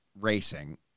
racing